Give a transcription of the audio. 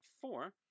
four